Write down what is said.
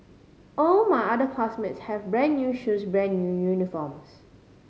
all my other classmates have brand new shoes brand new uniforms